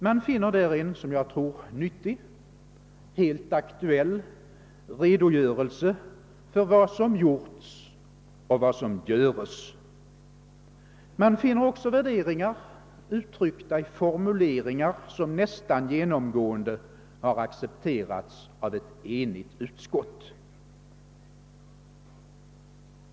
Man finner där en som jag tror nyttig, helt aktuell redogörelse för vad som gjorts och vad som göres. Man finner även värderingar uttryckta i formuleringar, som nästan genomgående har accepterats av ett enigt utskott.